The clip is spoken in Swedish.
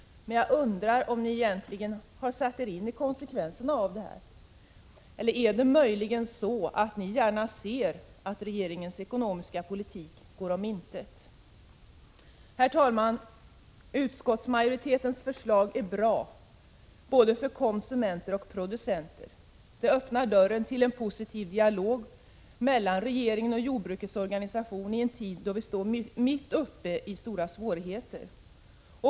Men jag undrar om ni egentligen satt er in i konsekvenserna. Eller är det möjligen så att ni gärna ser att regeringens ekonomiska politik går om intet? Herr talman! Utskottsmajoritetens förslag är bra både för producenter och för konsumenter. Det öppnar dörren till en positiv dialog mellan regeringen och jordbrukets organisationer i en tid då vi står mitt uppe i stora svårigheter.